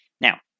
Now